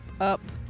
up